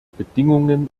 bedingungen